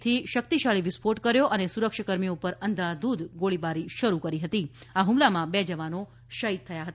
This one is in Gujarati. થી શક્તિશાળી વિસ્ફોટ કર્યો અને સુરક્ષાકર્મીઓ પર અંધાધૂધ ગોળીબારી શરૂ કરી હતી અને આ હુમલામાં બે જવાનો શહીદ થયા હતા